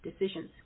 decisions